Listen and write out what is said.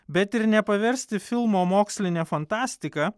bet ir nepaversti filmo moksline fantastika